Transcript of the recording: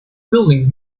buildings